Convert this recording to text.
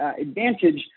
advantage